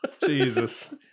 Jesus